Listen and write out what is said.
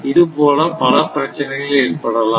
இதுபோல பல பிரச்சினைகள் ஏற்படலாம்